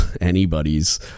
anybody's